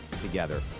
together